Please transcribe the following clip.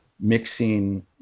mixing